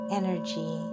energy